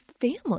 family